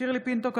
שירלי פינטו קדוש,